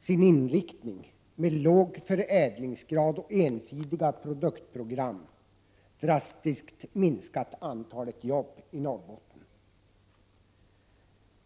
sin inriktning, med låg förädlingsgrad och ensidiga produktprogram, drastiskt minskat antalet jobb i Norrbotten.